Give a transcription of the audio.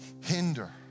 hinder